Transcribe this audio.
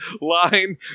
Line